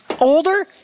Older